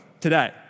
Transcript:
today